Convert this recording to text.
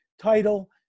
title